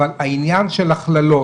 אבל העניין של הכללות,